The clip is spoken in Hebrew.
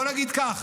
בוא נגיד כך,